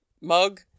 mug